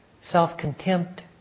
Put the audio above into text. self-contempt